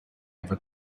ever